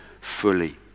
fully